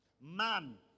man